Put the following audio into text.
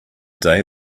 day